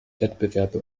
wettbewerbe